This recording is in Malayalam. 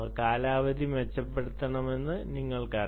കാലാവധി മെച്ചപ്പെടുത്തണമെന്ന് നിങ്ങൾക്കറിയാം